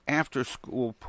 after-school